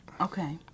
Okay